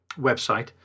website